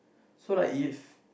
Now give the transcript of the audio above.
so like if